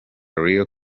real